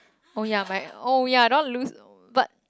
oh ya my oh ya I don't want to lose but